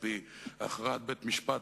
על-פי הכרעת בית-משפט,